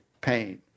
pain